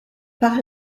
par